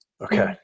Okay